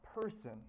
person